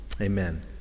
Amen